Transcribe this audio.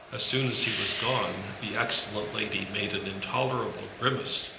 soon as he was gone the excellent lady made an intolerable grimace,